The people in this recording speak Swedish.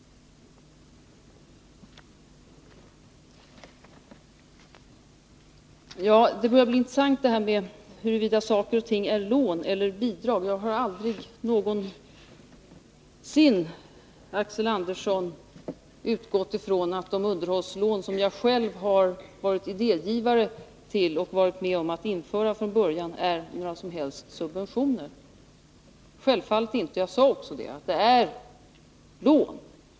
Huruvida saker och ting är lån eller bidrag börjar bli en intressant fråga. Jag har aldrig någonsin, Axel Andersson, utgått från att de underhållslån som jag själv har varit idégivare till och varit med om att införa från början är några som helst subventioner — självfallet inte. Jag sade också det: Det är lån.